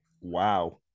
Wow